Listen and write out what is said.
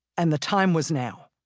and the time was now.